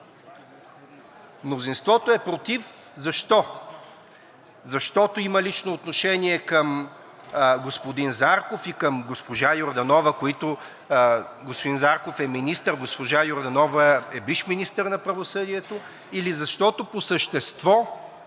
Мнозинството е против, защо? Защото има лично отношение към господин Зарков и госпожа Йорданова – господин Зарков е министър, а госпожа Йорданова е бивш министър на правосъдието, или защото по същество